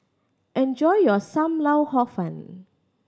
enjoy your Sam Lau Hor Fun